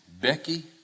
Becky